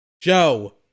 Joe